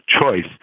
choice